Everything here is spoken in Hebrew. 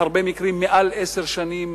בהרבה מקרים מעל עשר שנים,